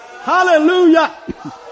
Hallelujah